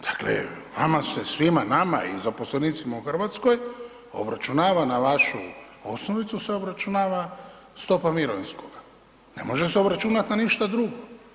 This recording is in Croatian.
Dakle, vama se svima nama i zaposlenicima u Hrvatskoj obračunava na vašu osnovicu se obračunava stopa mirovinskoga, ne može se obračunati na ništa drugo.